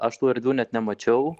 aš tų erdvių net nemačiau